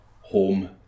home